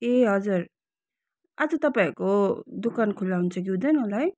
ए हजुर आज तपाईँहरूको दोकान खुल्ला हुन्छ कि हुँदैन होला है